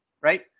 right